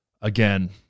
again